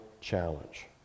challenge